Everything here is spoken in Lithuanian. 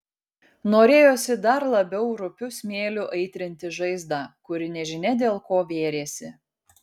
norėjosi dar labiau rupiu smėliu aitrinti žaizdą kuri nežinia dėl ko vėrėsi